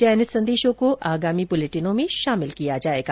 चयनित संदेशों को आगामी बुलेटिनों में शामिल किया जाएगा